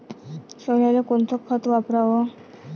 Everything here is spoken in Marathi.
सोल्याले कोनचं खत वापराव?